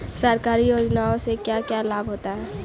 सरकारी योजनाओं से क्या क्या लाभ होता है?